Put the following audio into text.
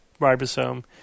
ribosome